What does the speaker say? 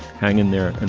hang in there and